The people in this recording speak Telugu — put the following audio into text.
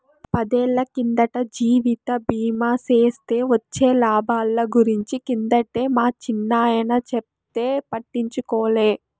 పదేళ్ళ కిందట జీవిత బీమా సేస్తే వొచ్చే లాబాల గురించి కిందటే మా చిన్నాయన చెప్తే పట్టించుకోలే